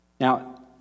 Now